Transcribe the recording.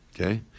Okay